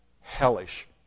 hellish